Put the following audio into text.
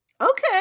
Okay